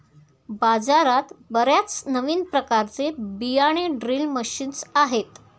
बाजारात बर्याच नवीन प्रकारचे बियाणे ड्रिल मशीन्स आहेत